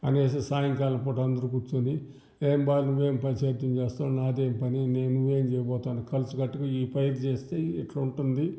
అనేసి సాయంకాలం పూట అందరు కూర్చొని ఏం బాగా నువ్వేం పైరు చేస్తావు నాదేం పని నువ్వేం చేయబోతున్నావు కలిసి కట్టుగా ఈ పైరు చేస్తే ఇట్లుంటుంది